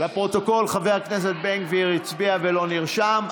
לפרוטוקול, חבר הכנסת בן גביר הצביע ולא נרשם.